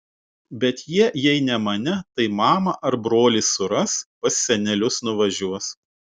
bet jie jei ne mane tai mamą ar brolį suras pas senelius nuvažiuos